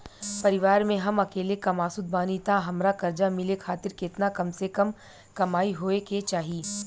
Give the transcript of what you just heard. परिवार में हम अकेले कमासुत बानी त हमरा कर्जा मिले खातिर केतना कम से कम कमाई होए के चाही?